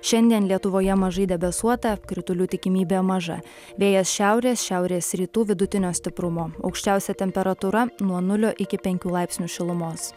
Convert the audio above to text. šiandien lietuvoje mažai debesuota kritulių tikimybė maža vėjas šiaurės šiaurės rytų vidutinio stiprumo aukščiausia temperatūra nuo nulio iki penkių laipsnių šilumos